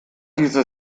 diese